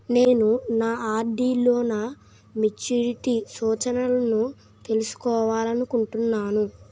నేను నా ఆర్.డి లో నా మెచ్యూరిటీ సూచనలను తెలుసుకోవాలనుకుంటున్నాను